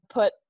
put